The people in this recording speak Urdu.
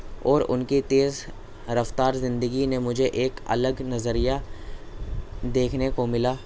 اور ان کی تیز رفتار زندگی نے مجھے ایک الگ نظریہ دیکھنے کو ملا